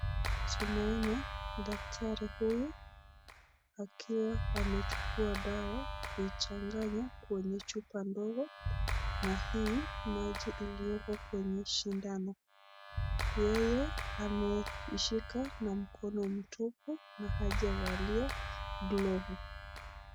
Tunaona daktari huyu akiwa amechukua dawa kuichanganya kwenye chupa ndogo na hii maji iliyoko kwenye shindano. Yeye ameishika kwenye mkono mtupu na hajavalia glovu.